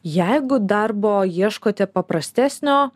jeigu darbo ieškote paprastesnio